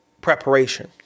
preparation